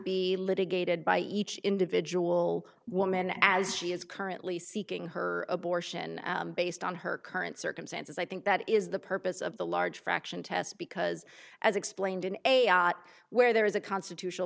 be litigated by each individual woman as she is currently seeking her abortion based on her current circumstances i think that is the purpose of the large fraction test because as explained in a ott where there is a constitutional